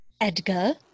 Edgar